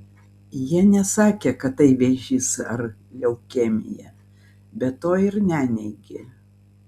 jie nesakė kad tai vėžys ar leukemija bet to ir neneigė